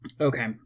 okay